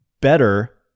better